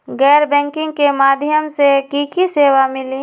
गैर बैंकिंग के माध्यम से की की सेवा मिली?